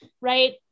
right